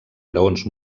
graons